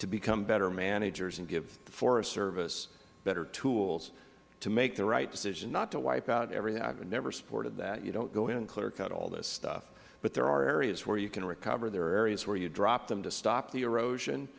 to become better managers and give the forest service better tools to make the right decision not to wipe out every i have never supported that you don't go ahead and clear cut all this stuff but there are areas where you can recover there are areas where you drop them to stop the eros